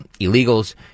illegals